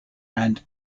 and